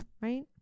Right